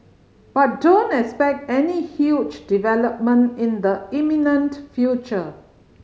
but don't expect any huge development in the imminent future